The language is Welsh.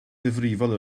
ddifrifol